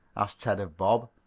asked ted of bob.